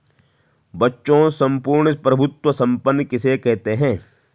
बच्चों सम्पूर्ण प्रभुत्व संपन्न किसे कहते हैं?